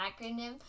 acronym